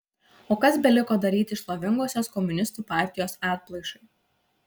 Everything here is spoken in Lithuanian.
o kas beliko daryti šlovingosios komunistų partijos atplaišai